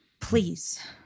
Please